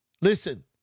Listen